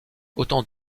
autant